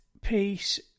piece